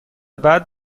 بعد